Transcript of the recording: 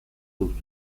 sub